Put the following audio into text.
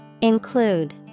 Include